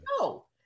No